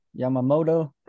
Yamamoto